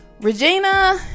Regina